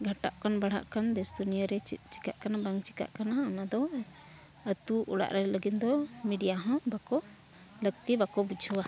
ᱜᱷᱟᱴᱟᱜ ᱠᱟᱱ ᱵᱟᱲᱦᱟᱜ ᱠᱟᱱ ᱫᱮᱥᱼᱫᱩᱱᱤᱭᱟᱹ ᱨᱮ ᱪᱮᱫ ᱪᱮᱠᱟᱜ ᱠᱟᱱᱟ ᱵᱟᱝ ᱪᱮᱠᱟᱜ ᱠᱟᱱᱟ ᱚᱱᱟᱫᱚ ᱟᱛᱳ ᱚᱲᱟᱜᱨᱮ ᱞᱟᱹᱜᱤᱫ ᱫᱚ ᱦᱚᱸ ᱵᱟᱠᱚ ᱞᱟᱹᱠᱛᱤ ᱵᱟᱠᱚ ᱵᱩᱡᱷᱟᱹᱣᱟ